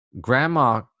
grandma